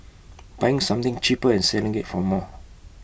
buying something cheaper and selling IT for more